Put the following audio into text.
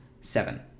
seven